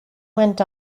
went